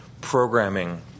programming